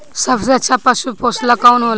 सबसे अच्छा पशु पोसेला कौन होला?